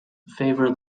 favor